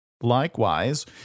Likewise